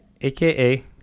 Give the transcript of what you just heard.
AKA